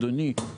אדוני היושב-ראש,